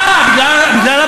אה, בגלל הבג"ץ.